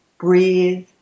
breathe